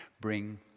bring